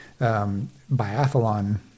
biathlon